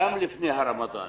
גם לפני הרמדאן.